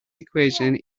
equation